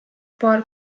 paar